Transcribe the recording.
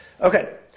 Okay